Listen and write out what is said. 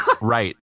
Right